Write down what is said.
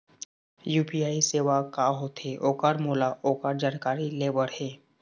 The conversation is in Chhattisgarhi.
यू.पी.आई सेवा का होथे ओकर मोला ओकर जानकारी ले बर हे?